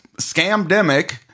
scamdemic